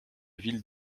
ville